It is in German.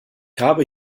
habe